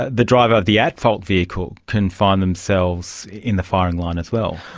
ah the driver of the at-fault vehicle can find themselves in the firing line as well.